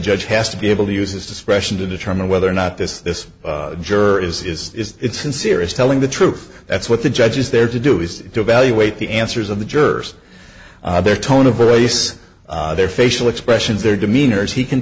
judge has to be able to use his discretion to determine whether or not this juror is is it sincere is telling the truth that's what the judge is there to do is to evaluate the answers of the jurors their tone of voice their facial expressions their demeanor as he can